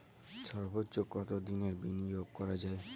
সর্বোচ্চ কতোদিনের বিনিয়োগ করা যায়?